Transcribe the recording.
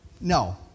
No